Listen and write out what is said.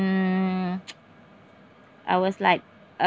mm I was like uh